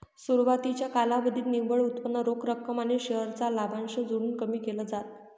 सुरवातीच्या कालावधीत निव्वळ उत्पन्न रोख रक्कम आणि शेअर चा लाभांश जोडून कमी केल जात